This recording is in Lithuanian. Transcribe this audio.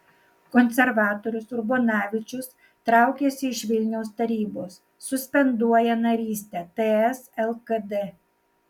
konservatorius urbonavičius traukiasi iš vilniaus tarybos suspenduoja narystę ts lkd